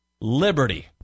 Liberty